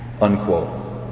Unquote